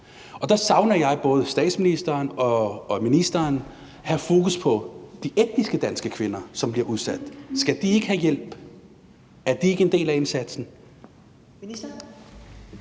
Der savner jeg, at både statsministeren og ministeren har fokus på de etnisk danske kvinder, som bliver udsat. Skal de ikke have hjælp? Er det ikke en del af indsatsen?